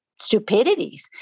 stupidities